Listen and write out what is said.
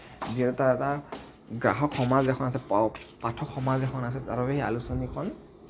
যিহেতু তাৰ এটা গ্ৰাহক সমাজ এখন আছে পাঠক সমাজ এখন আছে তাৰ বাবে সেই আলোচনীখন